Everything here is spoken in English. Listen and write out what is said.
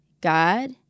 God